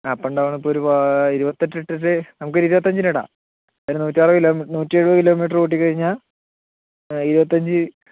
അപ്പോണ്ടവുപ്പോര് ഇരുപത്തെട്ട് ഇട്ടിട്ട് നമക്കൊരു ഇരുപത്തഞ്ചിന് ഇടാ ഒരു നൂറ്ററ്വത് നൂറ്റെഴ്പത് കിലോമീറ്റർ ഓടിക്കഴിഞ്ഞാ ഇരുപത്തഞ്ച് ഇടാ